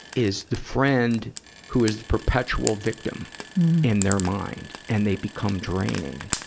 is the friend who is the perpetual victim in their mind, and they become draining.